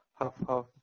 half-half